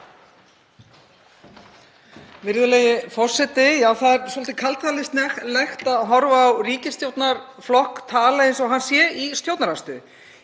Virðulegi forseti. Það er svolítið kaldhæðnislegt að horfa á ríkisstjórnarflokk tala eins og hann sé í stjórnarandstöðu.